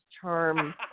charm